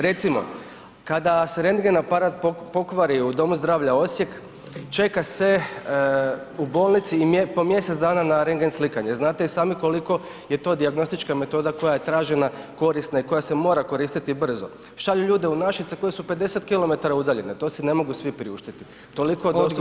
Recimo, kada se rendgen aparat pokvari u Domu zdravlja Osijek, čeka se u bolnici po mjesec dana na rendgen slikanje, znate i sami koliko je to dijagnostička metoda koja je tražena, korisna i koja se mora koristiti brzo, šalju ljude u Našice koje su 50 km udaljene, to si ne mogu svi priuštiti, toliko o [[Upadica: Odgovor izvolite]] [[Govornik se ne razumije]] zdravlja.